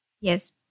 Yes